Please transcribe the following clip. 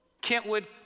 Kentwood